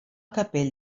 capell